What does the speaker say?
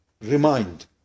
Remind